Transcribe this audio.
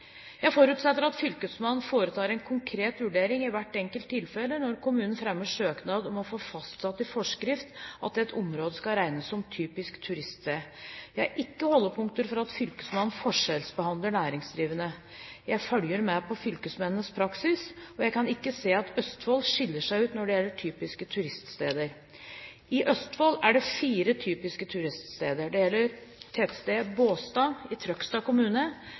Jeg forutsetter at fylkesmannen foretar en konkret vurdering i hvert enkelt tilfelle når kommunen fremmer søknad om å få fastsatt i forskrift at et område skal regnes som typisk turiststed. Jeg har ikke holdepunkter for at fylkesmannen forskjellsbehandler næringsdrivende. Jeg følger med på fylkesmennenes praksis, og jeg kan ikke se at Østfold skiller seg ut når det gjelder typiske turiststeder. I Østfold er det fire typiske turiststeder. Dette gjelder tettstedet Båstad i Trøgstad kommune,